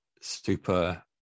super